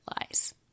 lies